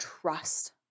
trust